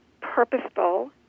purposeful